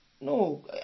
No